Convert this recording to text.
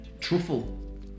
truffle